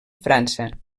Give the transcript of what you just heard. frança